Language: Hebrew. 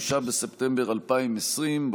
9 בספטמבר 2020,